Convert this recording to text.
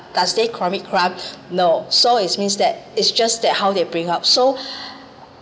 does they commit crime no so is means that it's just that how they bring up so